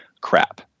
crap